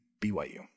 BYU